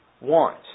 want